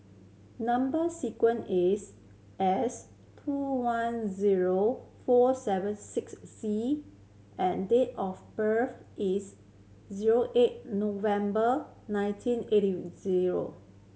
number sequence is S two one zero four seven six C and date of birth is zero eight November nineteen eighty zero